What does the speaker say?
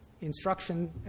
instruction